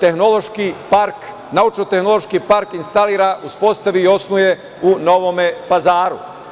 tehnološki park, naučno-tehnološki park instalira, uspostavi i osnuje u Novom Pazaru.